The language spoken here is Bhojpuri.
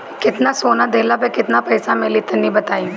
केतना सोना देहला पर केतना पईसा मिली तनि बताई?